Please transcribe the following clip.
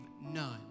None